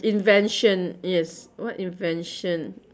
invention yes what invention